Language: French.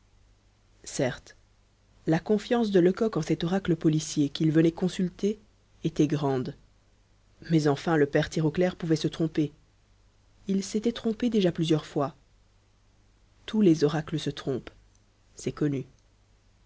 certes la confiance de lecoq en cet oracle policier qu'il venait consulter était grande mais enfin le père tirauclair pouvait se tromper il s'était trompé déjà plusieurs fois tous les oracles se trompent c'est connu